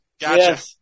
Gotcha